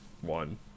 one